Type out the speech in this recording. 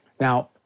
Now